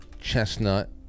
chestnut